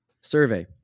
survey